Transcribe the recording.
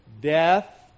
death